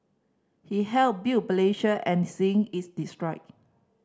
he helped built and seeing it's destroyed